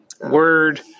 Word